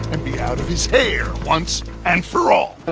and be out of his hair, once and for all.